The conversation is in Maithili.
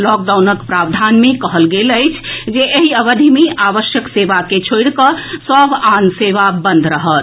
लॉकडाउनक प्रावधान मे कहल गेल अछि जे एहि अवधि मे आवश्यक सेवा के छोड़िकऽ सभ आन सेवा बंद रहत